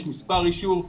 יש מספר אישור,